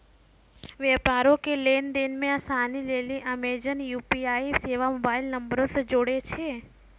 व्यापारो के लेन देन मे असानी लेली अमेजन यू.पी.आई सेबा मोबाइल नंबरो से जोड़ै छै